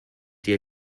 dir